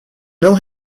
não